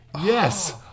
Yes